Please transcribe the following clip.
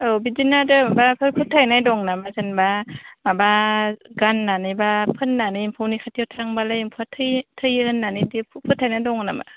औ बिदिनो जेनबा माबाफोर फोथायनाय दं नामा जेनबा माबा गाननानै बा फोननानै एम्फौ नि खाथियाव थांबालाय एम्फौआ थैयो थैयो होननानै बेफोर फोथायनाय दं नामा